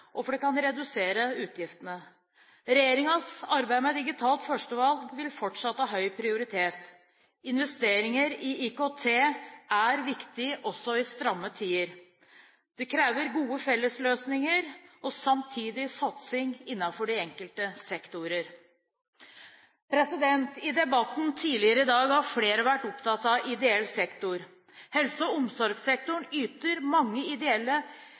for at det kan redusere utgiftene. Regjeringens arbeid med digitalt førstevalg vil fortsatt ha høy prioritet. Investeringer i IKT er viktige også i stramme tider. Det krever gode fellesløsninger og samtidig satsing innenfor de enkelte sektorer. I debatten tidligere i dag har flere vært opptatt av ideell sektor. I helse- og omsorgssektoren yter mange ideelle